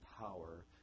power